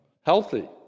healthy